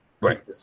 Right